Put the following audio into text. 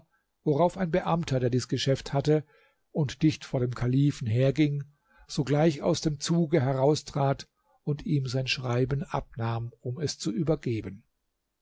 worauf ein beamter der dies geschäft hatte und dicht vor dem kalifen herging sogleich aus dem zuge heraustrat und ihm sein schreiben abnahm um es zu übergeben